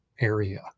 area